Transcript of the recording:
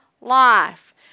life